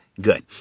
Good